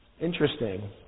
Interesting